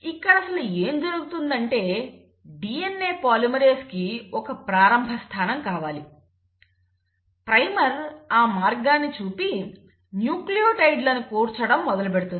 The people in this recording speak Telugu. ఇక్కడ అసలు ఏం జరుగుతుందంటే DNA పాలిమరేస్ కి ఒక ప్రారంభ స్థానం కావాలి ప్రైమర్ ఆ మార్గాన్ని చూపి న్యూక్లియోటైడ్ లను కూర్చడం మొదలుపెడుతుంది